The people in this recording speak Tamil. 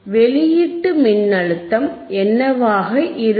வெளியீட்டு மின்னழுத்தம் என்னவாக இருக்கும்